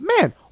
Man